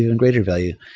ah and greater value.